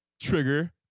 trigger